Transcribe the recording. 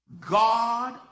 God